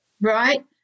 Right